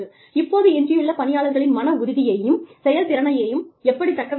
இப்போது எஞ்சியுள்ள பணியாளர்களின் மன உறுதியையும் செயல்திறனையும் எப்படித் தக்க வைப்பீர்கள்